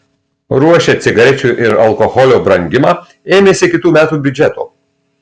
ruošia cigarečių ir alkoholio brangimą ėmėsi kitų metų biudžeto